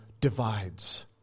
divides